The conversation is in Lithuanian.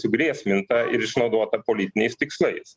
sugrėsminta ir išnaudota politiniais tikslais